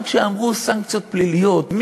גם כשאמרו סנקציות פליליות,